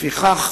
לפיכך,